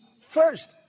first